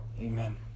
amen